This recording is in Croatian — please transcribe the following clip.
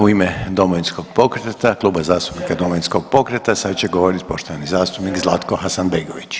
U ime Domovinskog pokreta, Kluba zastupnika Domovinskog pokreta sad će govoriti poštovani zastupnik Zlatko Hasanbegović.